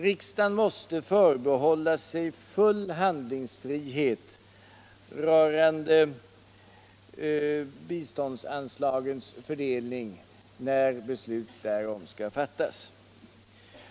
Riksdagen måste förbehålla sig full handlingsfrihet rörande biståndsanslagens fördelning när beslut därom skall fattas.